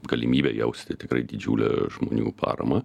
galimybę jausti tikrai didžiulę žmonių paramą